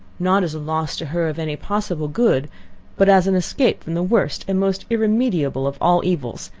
not as a loss to her of any possible good but as an escape from the worst and most irremediable of all evils,